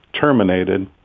terminated